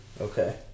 Okay